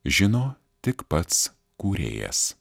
žino tik pats kūrėjas